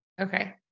Okay